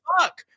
fuck